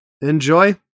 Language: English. enjoy